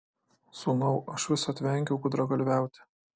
sūnau aš visad vengiau gudragalviauti